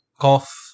cough